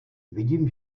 vidím